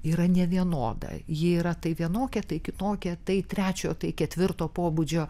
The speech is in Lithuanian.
yra nevienoda ji yra tai vienokia tai kitokia tai trečiojo tai ketvirto pobūdžio